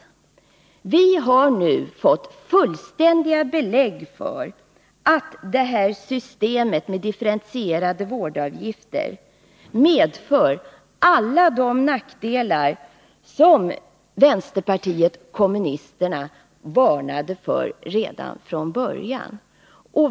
Vi har nu fått fullständiga belägg för att det här systemet med differentierade vårdavgifter medför alla de nackdelar som vänsterpartiet kommunisterna varnade för redan från början.